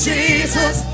Jesus